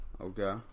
okay